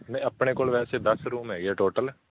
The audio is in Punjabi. ਨਹੀਂ ਆਪਣੇ ਕੋਲ ਵੈਸੇ ਦੱਸ ਰੂਮ ਹੈਗੇ ਹੈ ਟੋਟਲ